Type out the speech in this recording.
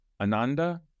Ananda